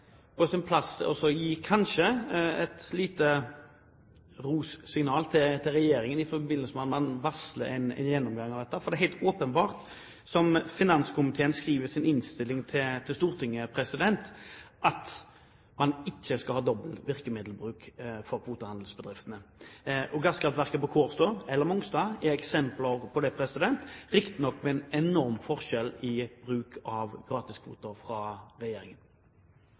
på sin plass kanskje å gi et signal om ros til regjeringen i forbindelse med at man varsler en gjennomgang av dette. For det er helt åpenbart, som finanskomiteen skriver i sin innstilling til Stortinget, at man ikke skal ha dobbel virkemiddelbruk for kvotehandelsbedriftene. Og gasskraftverket på Kårstø eller Mongstad er eksempler på det, riktignok med en enorm forskjell i bruk av gratiskvoter fra regjeringen.